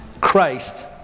Christ